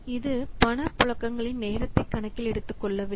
இது பணப்புழக்கங்களின் நேரத்தை கணக்கில் எடுத்துக் கொள்ளவில்லை